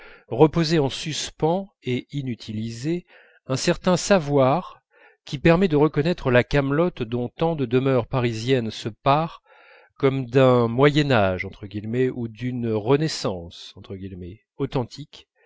reposaient en suspens et inutilisés un certain savoir qui permet de reconnaître la camelote dont tant de demeures parisiennes se parent comme d'un moyen âge ou d'une renaissance authentiques